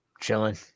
Chilling